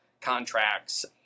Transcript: contracts